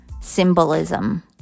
symbolism